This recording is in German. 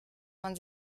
man